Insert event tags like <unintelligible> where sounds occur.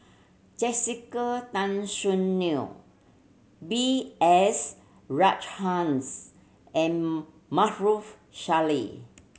Jessica Tan Soon Neo B S Rajhans and <unintelligible> Salleh